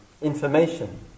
information